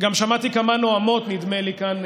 גם שמעתי כמה נואמות, נדמה לי, כאן,